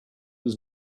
was